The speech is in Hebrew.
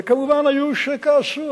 וכמובן היו שכעסו,